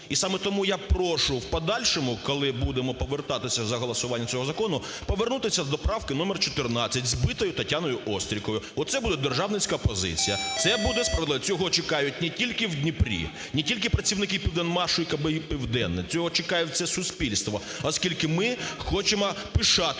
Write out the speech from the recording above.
І саме тому я прошу в подальшому, коли будемо повертатися за голосування цього закону, повернутися до правки номер 14, збитою Тетяною Остріковою. Оце буде державницька позиція, це буде справедливо. Цього чекають не тільки в Дніпрі, не тільки працівники "Південмашу" і КБ "Південне", цього чекає все суспільство, оскільки ми хочемо пишатися